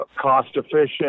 cost-efficient